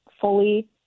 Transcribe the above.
fully